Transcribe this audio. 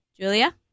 Julia